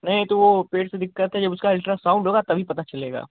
नहीं वह तो पेट कि दिक्कत है उसका अल्ट्रसाउन्ड होगा तभी पता चलेगा